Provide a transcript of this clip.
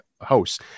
house